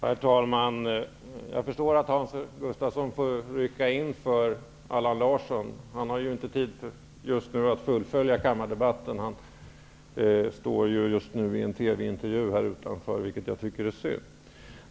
Herr talman! Jag förstår att Hans Gustafsson får rycka in för Allan Larsson, som just nu inte har tid att följa kammardebatten. Han ger för närvarande en TV-intervju utanför denna sal, vilket jag tycker är synd.